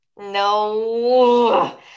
No